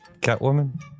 Catwoman